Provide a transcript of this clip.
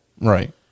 Right